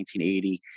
1980